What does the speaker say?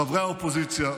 חברי האופוזיציה,